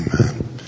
Amen